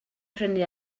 prynu